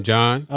John